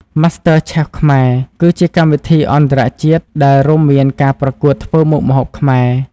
Master Chef Khmer គឺជាកម្មវិធីអន្តរជាតិដែលរួមមានការប្រកួតធ្វើមុខម្ហូបខ្មែរ។